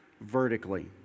vertically